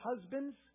husbands